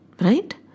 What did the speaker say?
Right